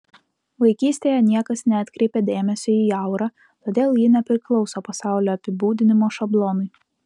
vaikystėje niekas neatkreipė dėmesio į aurą todėl ji nepriklauso pasaulio apibūdinimo šablonui